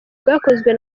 bwakozwe